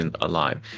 alive